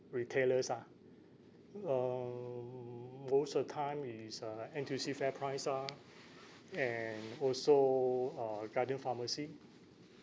retailers ah um most of the time is uh N_T_U_C fairprice ah and also uh guardian pharmacy